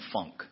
funk